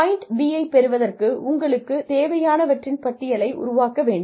point B ஐப் பெறுவதற்கு உங்களுக்குத் தேவையானவற்றின் பட்டியலை உருவாக்க வேண்டும்